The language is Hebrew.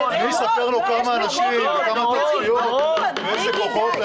אני אספר לו כמה אנשים וכמה תצפיות ואיזה כוחות,